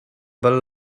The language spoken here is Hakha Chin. bal